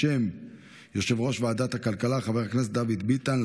בשם יושב-ראש ועדת הכלכלה חבר הכנסת דוד ביטן,